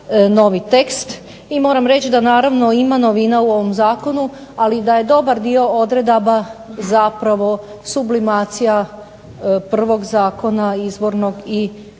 i moram reći da naravno ima novina u ovom zakonu, ali je dobar dio odredaba zapravo sublimacija prvog zakona izvornog i njihovih